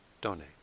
donate